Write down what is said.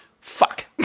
Fuck